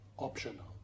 optional